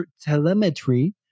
telemetry